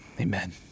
amen